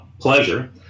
pleasure